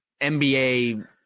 NBA